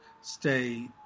stay